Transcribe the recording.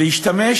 להשתמש